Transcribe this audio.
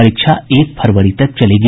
परीक्षा एक फरवरी तक चलेगी